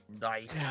Nice